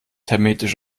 hermetisch